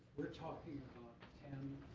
we're talking ten,